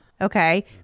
Okay